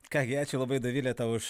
ką gi ačiū labai dovilė tau už